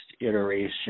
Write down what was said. iteration